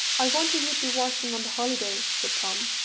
i wonder you'd be working on the holiday! said tom.